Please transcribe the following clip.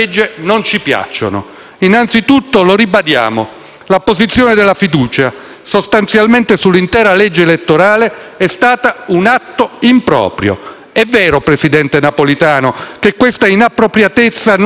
l'apposizione della fiducia, sostanzialmente sull'intera legge elettorale, è stata un atto improprio. È vero, presidente Napolitano, che questa inappropriatezza non è statuita da una sentenza della Corte costituzionale,